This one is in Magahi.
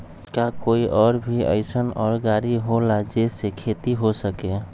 का कोई और भी अइसन और गाड़ी होला जे से खेती हो सके?